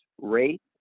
rate